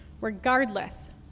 regardless